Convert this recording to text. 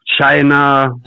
China